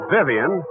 Vivian